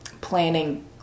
planning –